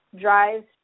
drives